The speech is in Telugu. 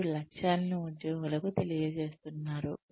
మీరు లక్ష్యాలను ఉద్యోగులకు తెలియజేస్తున్నారు